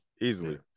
easily